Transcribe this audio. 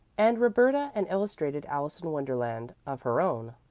and roberta an illustrated alice in wonderland of her own.